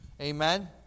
Amen